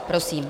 Prosím.